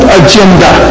agenda